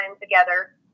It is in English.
together